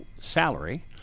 Salary